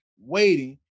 waiting